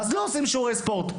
אז לא עושים שיעורי ספורט.